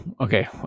okay